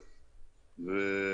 מצדה,